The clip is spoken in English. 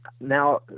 now